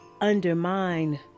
undermine